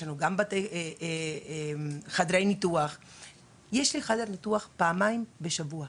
גם חדרי ניתוח יש חדר ניתוח פעמיים בשבוע,